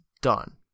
Done